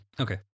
Okay